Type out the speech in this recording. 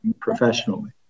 professionally